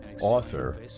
author